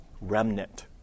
remnant